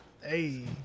Hey